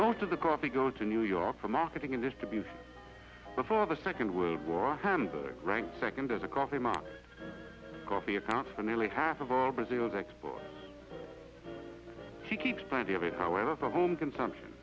most of the coffee go to new york for marketing in this to be before the second world war hamburg ranked second as a coffee mug coffee accounts for nearly half of all brazil's exports she keeps plenty of it however for home consumption